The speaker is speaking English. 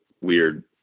weird